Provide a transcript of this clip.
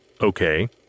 Okay